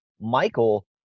Michael